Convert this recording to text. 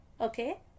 okay